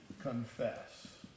confess